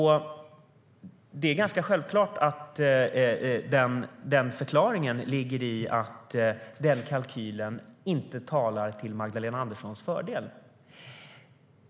Det är ganska självklart att förklaringen ligger i att kalkylen inte talar till Magdalena Anderssons fördel.